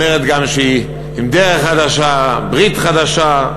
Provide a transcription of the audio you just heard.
שאומרת גם שהיא עם דרך חדשה, ברית חדשה,